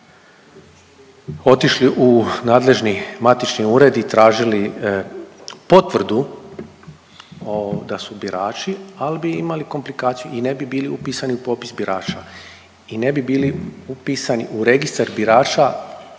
ako bi otišli u nadležni matični ured i tražili potvrdu da su birači, ali bi imali komplikaciju i ne bi bili upisani u popis birača i ne bi bili upisani u registar birača